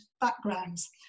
backgrounds